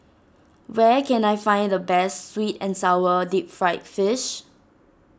where can I find the best Sweet and Sour Deep Fried Fish